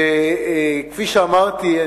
כפי שאמרתי,